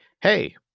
hey